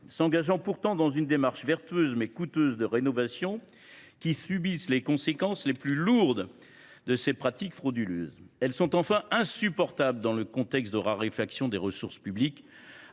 s’engagent pourtant dans une démarche vertueuse, mais coûteuse, de rénovation qui subissent les conséquences les plus lourdes de ces pratiques frauduleuses. Ces fraudes sont enfin insupportables dans le contexte de raréfaction des ressources publiques.